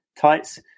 tights